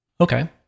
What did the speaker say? Okay